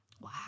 Wow